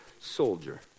soldier